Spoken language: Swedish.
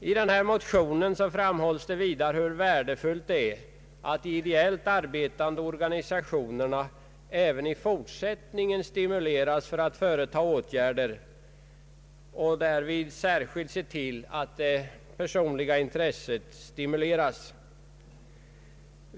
I motionen framhålls vidare hur värdefullt det är att de ideellt arbetande organisationerna även i fortsättningen stimuleras att vidta åtgärder, varvid det är särskilt värdefullt att se till att det personliga intresset stimuleras.